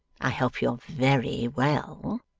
i hope you're very well